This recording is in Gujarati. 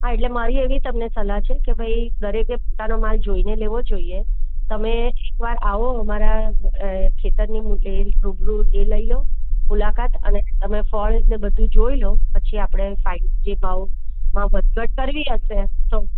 હા એટલે મારી એવી તમને સલાહ છે કે ભઈ દરેકે પોતાનો માલ જોઈને લેવો જોઈએ તમે એકવાર આવો મારા ખેતરની રૂબરૂ એ લઈ લો મુલાકાત અને તમે ફળને એ બધું જોઈ લો પછી આપણે ફાઈનલી ભાવમાં વધઘટ કરવી હશે તો